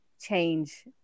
change